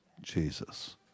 Jesus